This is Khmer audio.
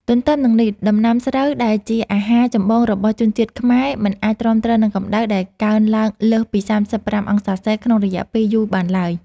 ទន្ទឹមនឹងនេះ ដំណាំស្រូវដែលជាអាហារចម្បងរបស់ជនជាតិខ្មែរ មិនអាចទ្រាំទ្រនឹងកម្ដៅដែលកើនឡើងលើសពី ៣៥°C ក្នុងរយៈពេលយូរបានឡើយ។